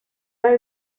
راه